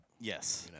Yes